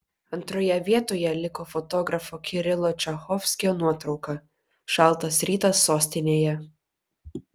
antroje vietoje liko fotografo kirilo čachovskio nuotrauka šaltas rytas sostinėje